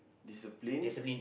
discipline